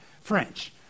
French